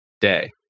day